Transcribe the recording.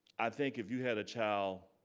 i think if you had a child,